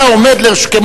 אלא עומד לרשות,